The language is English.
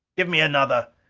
give me another!